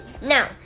Now